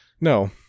no